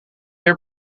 your